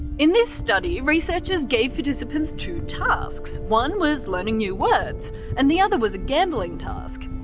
in this study, researchers gave participants two tasks one was learning new words and the other was a gambling task.